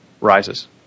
rises